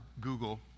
Google